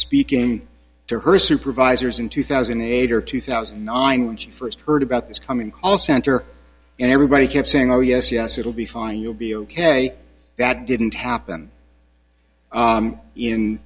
speaking to her supervisors in two thousand and eight or two thousand and nine when she first heard about this coming all center and everybody kept saying oh yes yes it'll be fine you'll be ok that didn't happen